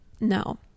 No